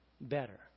better